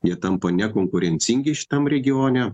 jie tampa nekonkurencingi šitam regione